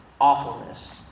awfulness